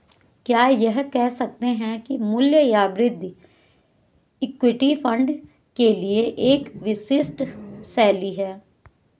क्या यह कह सकते हैं कि मूल्य या वृद्धि इक्विटी फंड के लिए एक विशिष्ट शैली है?